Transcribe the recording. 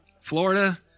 Florida